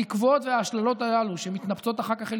התקוות והאשליות הללו שמתנפצות אחר כך אל